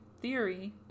theory